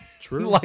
true